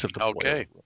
Okay